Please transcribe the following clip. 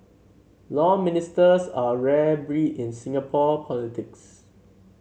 Law Ministers are a rare breed in Singapore politics